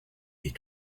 est